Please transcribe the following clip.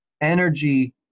energy